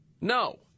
no